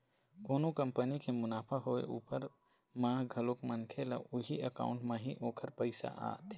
कोनो कंपनी के मुनाफा होय उपर म घलोक मनखे ल उही अकाउंट म ही ओखर पइसा ह आथे